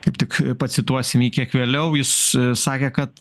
kaip tik pacituosim jį kiek vėliau jis sakė kad